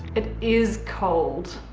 it is cold.